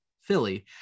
Philly